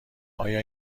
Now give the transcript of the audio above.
آیا